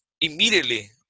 immediately